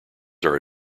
are